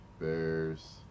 Bears